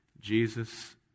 Jesus